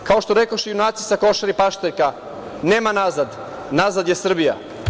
Kao što rekoše junaci sa Košare i Paštrika – Nema nazad, nazad je Srbija.